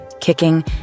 kicking